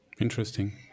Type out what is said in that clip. interesting